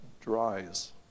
dries